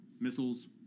missiles